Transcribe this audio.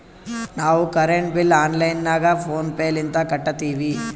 ನಾವು current bill online ನಾಗ PhonePe ಲಿಂತ ಕಟ್ಟತ್ತಿವಿ